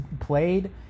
played